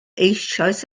eisoes